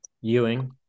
Ewing